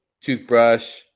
toothbrush